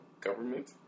government